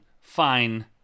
fine